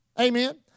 Amen